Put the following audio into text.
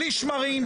בלי שמרים,